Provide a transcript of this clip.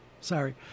Sorry